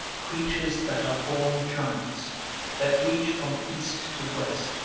creatures that are born giants that reach from east to west,